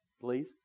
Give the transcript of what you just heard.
please